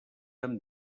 amb